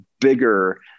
bigger